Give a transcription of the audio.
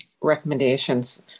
recommendations